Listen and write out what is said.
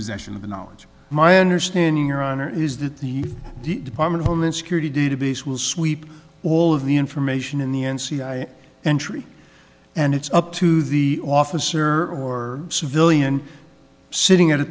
possession of the knowledge my understanding your honor is that the department of homeland security database will sweep all of the information in the n c i entry and it's up to the officer or civilian sitting at a